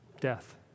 Death